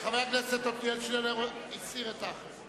חבר הכנסת עתניאל שנלר הסיר את ההסתייגות.